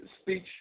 speech